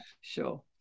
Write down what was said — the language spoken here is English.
sure